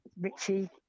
Richie